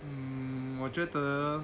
mmhmm 我觉得